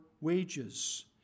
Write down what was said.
wages